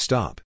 Stop